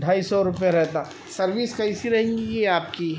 ڈھائی سو روپیہ رہتا سروس کیسی رہیں گی یہ آپ کی